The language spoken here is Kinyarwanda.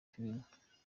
filime